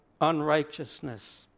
unrighteousness